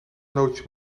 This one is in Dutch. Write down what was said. nootjes